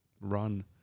run